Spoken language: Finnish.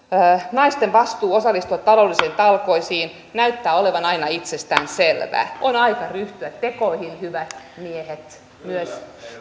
naisten vastuu osallistua taloudellisiin talkoisiin näyttää olevan aina itsestäänselvää on aika ryhtyä tekoihin hyvät miehet myös